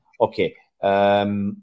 Okay